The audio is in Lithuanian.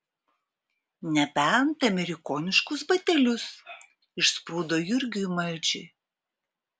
nebent amerikoniškus batelius išsprūdo jurgiui maldžiui